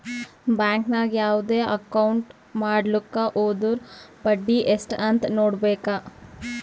bank ನಾಗ್ ಯಾವ್ದೇ account ಮಾಡ್ಲಾಕ ಹೊದುರ್ ಬಡ್ಡಿ ಎಸ್ಟ್ ಅಂತ್ ನೊಡ್ಬೇಕ